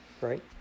right